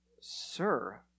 sir